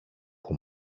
που